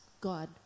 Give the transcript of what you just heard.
God